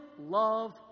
love